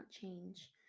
change